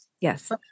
Yes